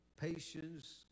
patience